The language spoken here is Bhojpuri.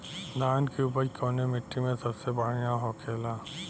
धान की उपज कवने मिट्टी में सबसे बढ़ियां होखेला?